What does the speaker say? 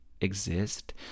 exist